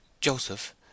Joseph